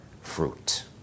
fruit